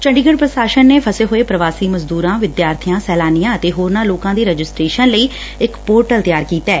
ਚੰਡੀਗੜ੍ ਪ੍ਰਸ਼ਾਸਨ ਨੇ ਫਸੇ ਹੋਏ ਪ੍ਰਵਾਸੀ ਮਜ਼ਦੂਰਾਂ ਵਿਦਿਆਰਥੀਆਂ ਸੈਲਾਨੀਆਂ ਅਤੇ ਹੋਰਨਾਂ ਲੋਕਾਂ ਦੀ ਰਜਿਸਟਰੇਸ਼ਨ ਲਈ ਇਕ ਪੋਰਟਲੱ ਤਿਆਰ ਕੀਤੈ